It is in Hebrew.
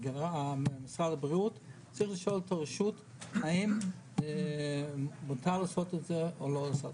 משרד הבריאות, האם מותר לעשות את זה או לא.